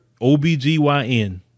OBGYN